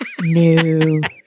no